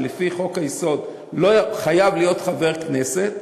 שלפי חוק-היסוד חייב להיות חבר כנסת,